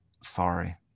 Sorry